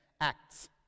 acts